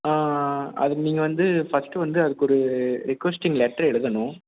அதுக்கு நீங்கள் வந்து ஃபர்ஸ்ட்டு வந்து அதுக்கு ஒரு ரெக்குவஸ்ட்டிங் லெட்ரு எழுதணும்